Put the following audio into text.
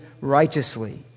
righteously